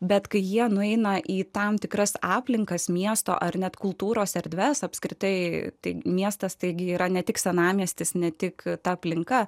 bet kai jie nueina į tam tikras aplinkas miesto ar net kultūros erdves apskritai tai miestas taigi yra ne tik senamiestis ne tik ta aplinka